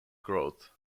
growth